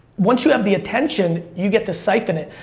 once you have the attention, you get to siphon it.